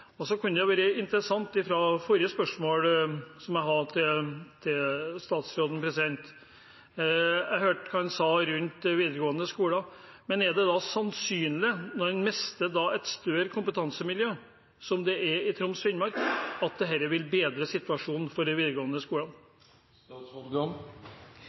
Så kunne det være interessant å spørre, med tanke på et tidligere spørsmål til statsråden, hvor jeg hørte hva han sa angående videregående skoler: Er det sannsynlig, når man mister et større kompetansemiljø som det som er i Troms og Finnmark, at dette vil bedre situasjonen for de videregående